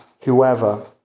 whoever